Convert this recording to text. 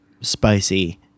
spicy